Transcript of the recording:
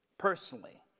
personally